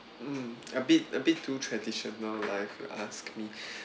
mm a bit a bit too traditional like lah if you asked me